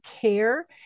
Care